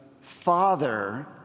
Father